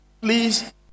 Please